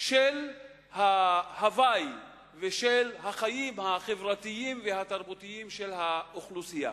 של ההווי ושל החיים החברתיים והתרבותיים של האוכלוסייה,